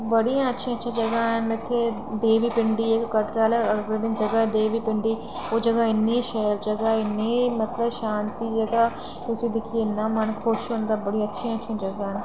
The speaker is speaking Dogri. बड़ियां अच्छियां अच्छियां जगह न इत्थै देवी पिंडी कटरै आह्ली जगह देवी पिंडी ओह् जगह इन्नी शैल जगह मतलब इन्नी शांत जगह ते ओह् दिक्खियै मन इन्ना शांत होंदा कि इन्नियां अच्छियां जगह न